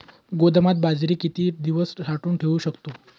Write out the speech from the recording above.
गोदामात बाजरी किती दिवस साठवून ठेवू शकतो?